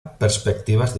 perspectivas